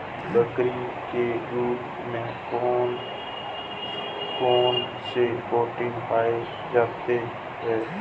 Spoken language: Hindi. बकरी के दूध में कौन कौनसे प्रोटीन पाए जाते हैं?